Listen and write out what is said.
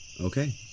Okay